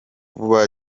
vuba